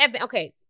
Okay